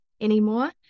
anymore